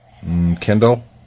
Kindle